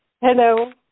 Hello